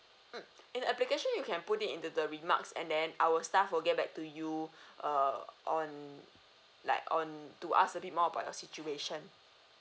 mmhmm in application you can put into the remarks and then our staff will get back to you err on like on to ask a bit more about your situation